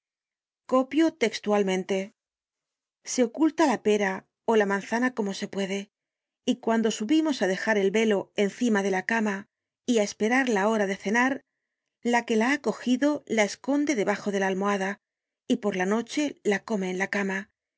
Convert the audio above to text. copio textualmente se oculta la pera ó la manzana como se puede y cuando subimos á dejar el velo encima de la cama y á esperar la hora de cenar la que la ha cogido la esconde debajo de la almohada y por la noche la come en la cama